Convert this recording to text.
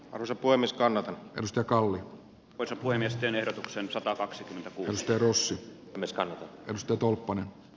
rose voimiskannat ja kallio harvoin esteen ehdotuksen satakaksikymmentä kuulustelussa niskalla pystytolppa ne